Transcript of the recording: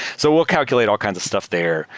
so we'll calculate all kinds of stuff there,